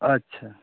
ᱟᱪᱪᱷᱟ